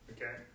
Okay